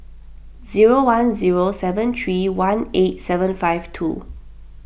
zero one zero seven three one eight seven five two